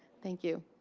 thank you.